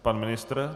Pan ministr?